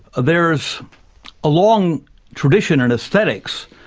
there's a long tradition in aesthetics,